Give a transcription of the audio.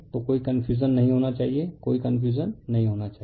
तो कोई कन्फ्यूजन नहीं होना चाहिए कोई कन्फ्यूजन नहीं होना चाहिए